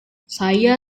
saya